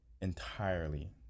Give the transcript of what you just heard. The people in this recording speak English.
entirely